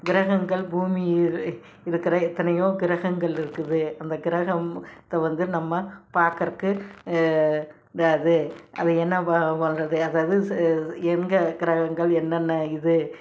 கிரகங்கள் பூமியில் இருக்குற எத்தனையோ கிரகங்கள் இருக்குது அந்த கிரகம் த்த நம்ம பார்க்கறக்கு அது என்ன ப பண்ணுறது அதாவது எங்கே கிரஹங்கள் என்னென்ன இது